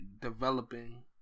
developing